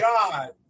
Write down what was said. God